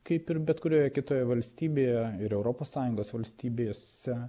kaip ir bet kurioje kitoje valstybėje ir europos sąjungos valstybėse